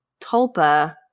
Tulpa-